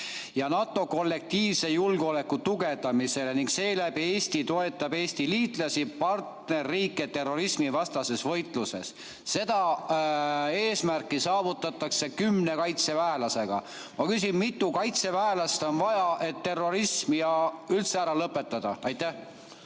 ja NATO kollektiivse julgeoleku tugevdamisele ning seeläbi Eesti toetab Eesti liitlasi, partnerriike terrorismivastases võitluses. Seda eesmärki saavutatakse kümne kaitseväelasega. Ma küsin, mitu kaitseväelast on vaja, et terrorism üldse ära lõpetada. ...